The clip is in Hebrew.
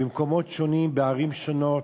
במקומות שונים, בערים שונות,